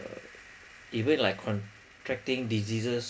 even like contracting diseases